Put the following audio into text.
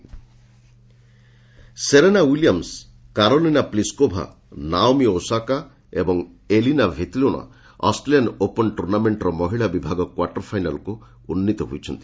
Australia open Serena Williams Karolina Pliskova Naomi Osaka ଏବଂ Elina Svitolina Australian open ଟୁର୍ଣ୍ଣାମେଣ୍ଟ୍ର ମହିଳା ବିଭାଗ କ୍ୱାର୍ଟର ଫାଇନାଲ୍କୁ ଉନ୍ନୀତ ହୋଇଛନ୍ତି